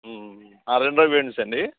Aravinda events అండి